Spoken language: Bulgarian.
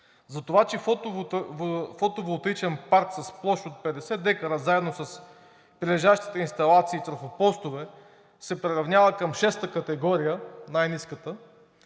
Затова, че фотоволтаичен парк с площ от 50 дка, заедно с прилежащите инсталации и трафопостове, се приравнява към шеста категория – най-ниската,